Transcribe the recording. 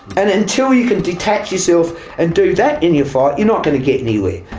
and until you can detach yourself and do that in your fight you're not going to get anywhere.